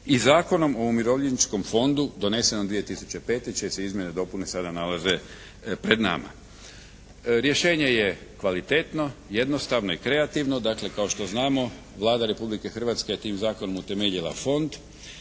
i Zakonom o Umirovljeničkom fondu donesenom 2005. čije se izmjene i dopune sada nalaze pred nama. Rješenje je kvalitetno, jednostavno i kreativno. Dakle, kao što znamo Vlada Republike Hrvatske je tim Zakonom utemeljila Fond,